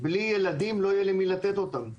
בלי ילדים לא יהיה למי לתת אותה.